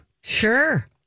Sure